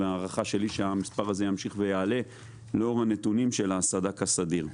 ולהערכתי המספר הזה ימשיך ויעלה לאור הנתונים של הסד"כ הסדיר.